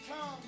come